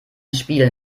spiel